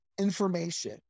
information